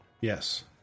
Yes